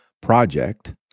project